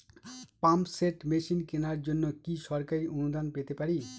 Pump set machine কেনার জন্য কি সরকারি অনুদান পেতে পারি?